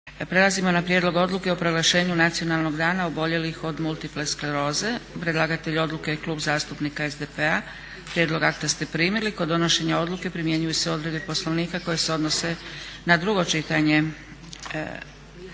Prelazimo na: 2. Prijedlog odluke o proglašenju "Nacionalnog dana oboljelih od multiple skleroze". Predlagatelj odluke je Klub zastupnika SDP-a. Prijedlog akta ste primili. Kod donošenja odluke primjenjuju se odredbe Poslovnika koje se odnose na drugo čitanje.